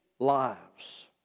lives